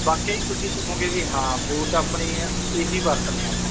ਵਾਕਈ ਤੁਸੀਂ ਕਹੋਗੇ ਵੀ ਹਾਂ ਬੂਟ ਆਪਣੇ ਇਹੀ ਵਰਤਣੇ ਆ ਆਪਾਂ